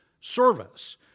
service